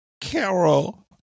Carol